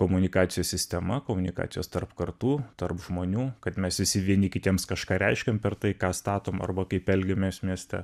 komunikacijos sistema komunikacijos tarp kartų tarp žmonių kad mes visi vieni kitiems kažką reiškiam per tai ką statom arba kaip elgiamės mieste